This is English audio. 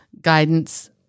guidance